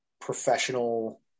professional